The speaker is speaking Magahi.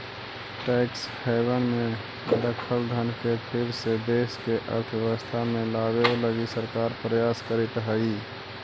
टैक्स हैवन में रखल धन के फिर से देश के अर्थव्यवस्था में लावे लगी सरकार प्रयास करीतऽ हई